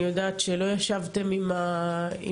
אני יודעת שלא ישבתם עם ישראל,